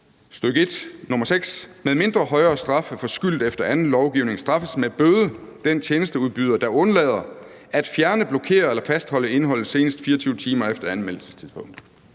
1, nr. 6: Medmindre højere straf er forskyldt efter anden lovgivning, straffes med bøde den tjenesteudbyder, der undlader at fjerne, blokere eller fastholde indholdet senest 24 timer fra anmeldelsestidspunktet.